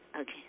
Okay